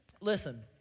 Listen